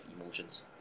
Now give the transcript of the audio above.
emotions